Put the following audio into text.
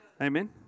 Amen